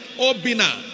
Obina